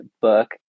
book